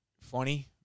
Funny